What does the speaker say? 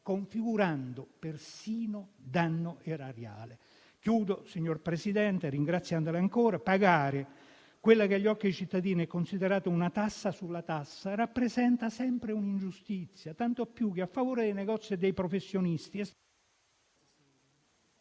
configurando persino un danno erariale. Concludo, signor Presidente e la ringrazio. Pagare quella che agli occhi dei cittadini è considerata una tassa sulla tassa rappresenta sempre un’ingiustizia, tanto più che a favore dei negozi e dei professionisti…